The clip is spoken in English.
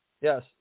Yes